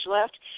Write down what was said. left